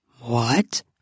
What